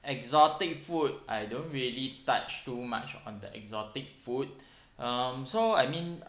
exotic food I don't really touch too much on the exotic food um so I mean